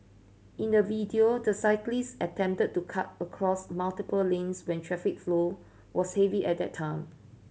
in the video the cyclist attempted to cut across multiple lanes when traffic flow was heavy at that time